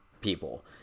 people